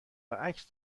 عکس